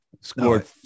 scored